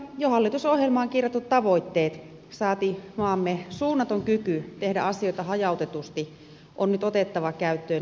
jo hallitusohjelmaan kirjatut tavoitteet saati maamme suunnaton kyky tehdä asioita hajautetusti on nyt otettava käyttöön